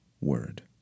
word